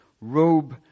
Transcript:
robe